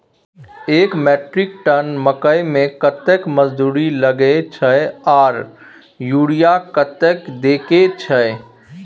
एक metric tonne मकई में कतेक मजदूरी लगे छै आर यूरिया कतेक देके छै?